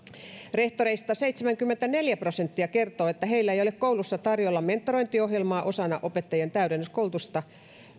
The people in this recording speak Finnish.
rehtoreista seitsemänkymmentäneljä prosenttia kertoo että heillä ei ole koulussa tarjolla opettajilleen mentorointiohjelmaa osana opettajien täydennyskoulutusta